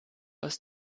aus